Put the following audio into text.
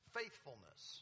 faithfulness